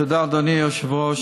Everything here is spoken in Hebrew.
תודה, אדוני היושב-ראש.